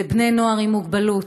ובני נוער עם מוגבלות,